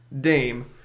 Dame